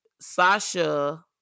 Sasha